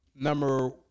number